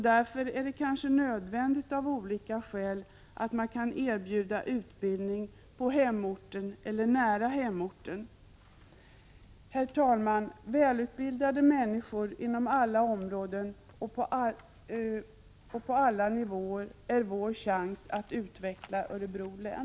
Därför är det kanske nödvändigt av olika skäl att kunna erbjuda utbildning på hemorten eller nära hemorten. Herr talman! Välutbildade människor inom alla områden och på alla nivåer är vår chans att utveckla Örebro län.